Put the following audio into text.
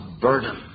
burden